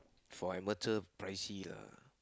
for amateur pricey lah